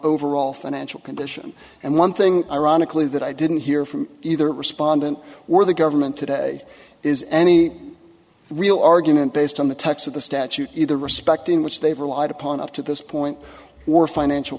overall financial condition and one thing ironically that i didn't hear from either respondent were the government today is any real argument based on the text of the statute either respect in which they've relied upon up to this point or financial